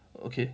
okay